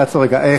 תעצור רגע.